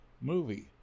movie